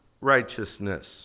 righteousness